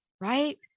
right